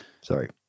sorry